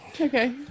Okay